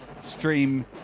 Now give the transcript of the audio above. stream